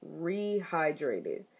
Rehydrated